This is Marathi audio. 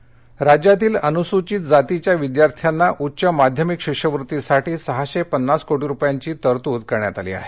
निधी राज्यातील अनुसूचित जातीच्याविद्यार्थ्यांना उच्च माध्यमिक शिष्यवृत्तीसाठी सहाशे पन्नास कोटी रुपयांची तरतूद करण्यात आलीआहे